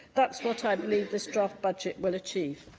that's what i believe this draft budget will achieve.